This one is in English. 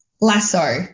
Lasso